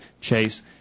Chase